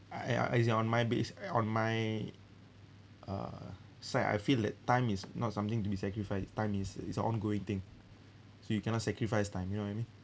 I e~ as in on my base uh on my uh side I feel that time is not something to be sacrifice time is is a ongoing thing so you cannot sacrifice time you know what I mean